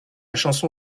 chanson